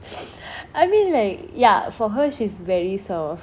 I mean like ya for her she's very soft